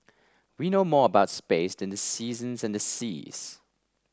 we know more about space than the seasons and the seas